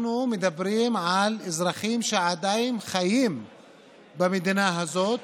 אנחנו מדברים על אזרחים שעדיין חיים במדינה הזאת